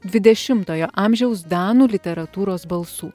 dvidešimtojo amžiaus danų literatūros balsų